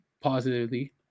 positively